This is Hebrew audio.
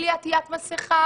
בלי עטית מסכה,